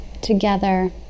together